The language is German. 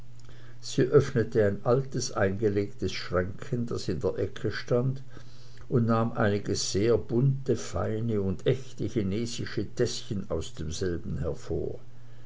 sie öffnete ein altes eingelegtes schränkchen das in der ecke stand und nahm einige sehr bunte feine und echte chinesische täßchen aus demselben hervor